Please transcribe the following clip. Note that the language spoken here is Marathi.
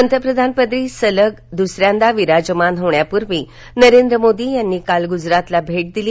पंतप्रधानपदी सलग दुसऱ्यांदा विराजमान होण्यापूर्वी नरेंद्र मोदी यांनी काल गुजरातला भेट दिली